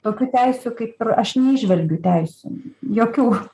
tokių teisių kaip ir aš neįžvelgiu teisių jokių